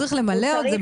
צריך למלא אותה,